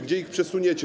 Gdzie ich przesuniecie?